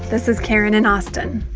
this is karen in austin.